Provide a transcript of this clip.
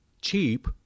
cheap